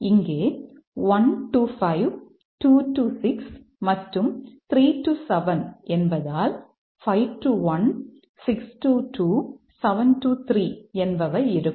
இங்கே 1 5 2 6 மற்றும் 3 7 என்பதால் 5 1 6 2 7 3 என்பவை இருக்கும்